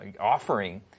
offering